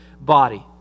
body